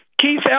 Keith